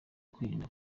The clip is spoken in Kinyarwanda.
kwirinda